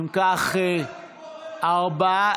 חבר הכנסת קיש, ארבעה